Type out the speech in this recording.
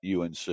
UNC